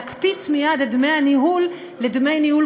להקפיץ מייד את דמי הניהול לדמי ניהול